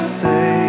say